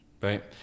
Right